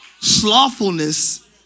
Slothfulness